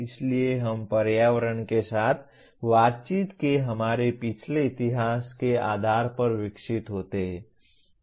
इसलिए हम पर्यावरण के साथ बातचीत के हमारे पिछले इतिहास के आधार पर विकसित होते हैं